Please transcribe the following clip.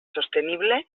sostenible